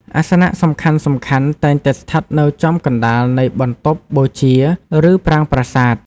អាសនៈសំខាន់ៗតែងតែស្ថិតនៅចំកណ្ដាលនៃបន្ទប់បូជា ឬប្រាង្គប្រាសាទ។